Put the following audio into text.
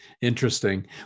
Interesting